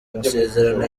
amasezerano